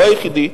לא היחידי,